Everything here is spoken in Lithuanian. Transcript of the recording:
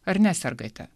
ar nesergate